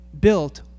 built